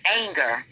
anger